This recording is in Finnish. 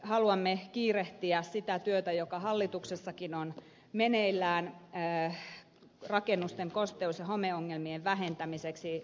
haluamme kiirehtiä sitä työtä joka hallituksessakin on meneillään rakennusten kosteus ja homeongelmien vähentämiseksi